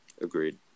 Agreed